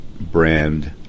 Brand